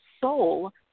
soul